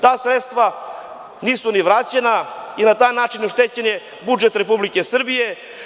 Ta sredstva nisu ni vraćena i na taj način je oštećen budžet Republike Srbije.